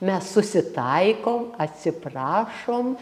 mes susitaikom atsiprašom